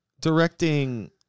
directing